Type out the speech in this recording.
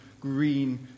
green